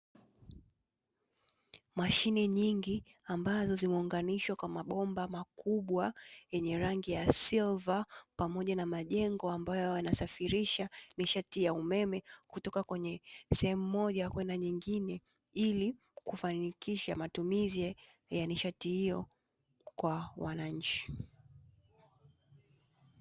Mashine nyingi ambazo zimeunganishwa kwa mabomba makubwa yenye rangi ya silver pamoja na majengo ambayo yanasafirisha nishati ya umeme kutoka kwenye sehemu moja kwenda nyingine, ili kufanikisha matumizi ya nishati hiyo kwa wananchi.